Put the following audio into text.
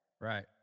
Right